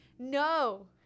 No